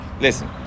Listen